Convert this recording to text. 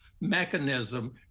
mechanism